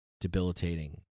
debilitating